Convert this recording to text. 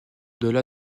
delà